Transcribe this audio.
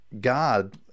god